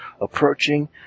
approaching